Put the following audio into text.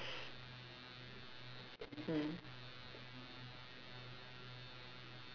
mm